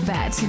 Bet